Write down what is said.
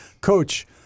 Coach